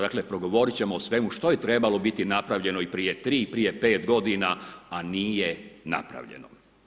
Dakle, progovorit ćemo o svemu što je trebalo biti napravljeno i prije tri i prije pet godina, a nije napravljeno.